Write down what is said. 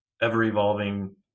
ever-evolving